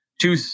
two